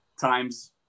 times